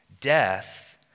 death